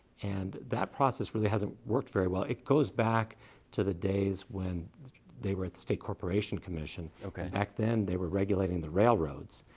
and that process really hasn't worked very well. it goes back to the days when they were at the state corporation commission, and back then they were regulating the railroads.